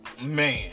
Man